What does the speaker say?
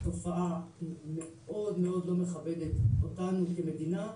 זו תופעה מאוד מאוד לא מכבדת אותנו כמדינה.